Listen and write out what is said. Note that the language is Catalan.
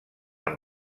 amb